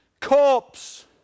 corpse